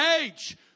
age